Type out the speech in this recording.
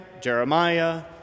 Jeremiah